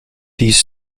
these